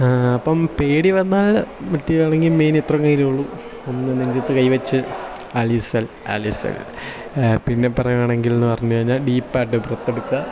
അപ്പം പേടി വന്നാൽ മെയിൻ ഇത്രയും കാര്യങ്ങളെ ഉള്ളൂ ഒന്ന് നെഞ്ചത്ത് കൈവച്ച് all is well all is well പിന്നെ പറയുകയാണെങ്കിൽ എന്ന് പറഞ്ഞു കഴിഞ്ഞാൽ ഡീപ്പായിട്ട് ബ്രത്ത് എടുക്കുക